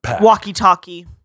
walkie-talkie